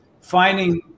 finding